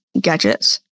gadgets